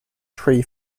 tree